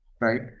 right